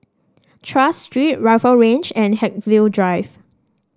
Tras Street Rifle Range and Haigsville Drive